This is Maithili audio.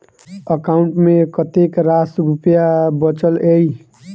एकाउंट मे कतेक रास रुपया बचल एई